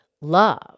love